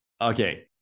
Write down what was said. okay